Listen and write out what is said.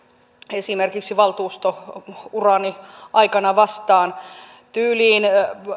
esimerkiksi valtuustourani aikana vastaan tyyliin